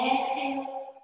Exhale